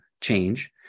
change